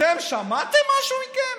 אתם שמעתם משהו מכם?